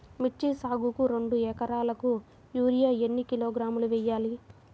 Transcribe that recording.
మిర్చి సాగుకు రెండు ఏకరాలకు యూరియా ఏన్ని కిలోగ్రాములు వేయాలి?